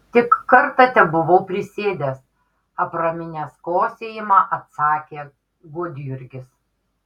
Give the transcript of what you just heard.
tik kartą tebuvau prisėdęs apraminęs kosėjimą atsakė gudjurgis